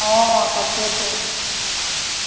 অ তাকেতো